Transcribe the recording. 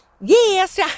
yes